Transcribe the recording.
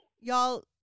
y'all